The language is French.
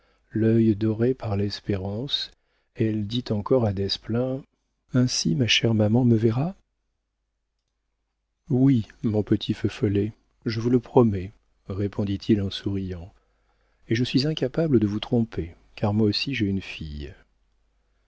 l'œil doré par l'espérance elle dit encore à desplein ainsi ma chère maman me verra oui mon petit feu follet je vous le promets répondit-il en souriant et je suis incapable de vous tromper car moi aussi j'ai une fille